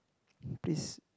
please